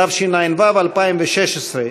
התשע"ו 2016,